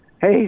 Hey